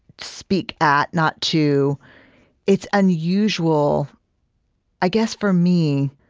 speak at, not to it's unusual i guess, for me,